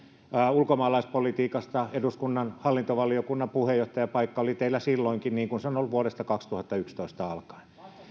ulkomaalaispolitiikasta eduskunnan hallintovaliokunnan puheenjohtajapaikka oli teillä silloinkin niin kuin se on ollut vuodesta kaksituhattayksitoista alkaen